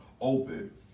open